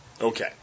Okay